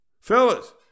Fellas